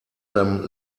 them